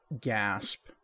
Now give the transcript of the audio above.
gasp